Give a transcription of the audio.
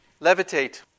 levitate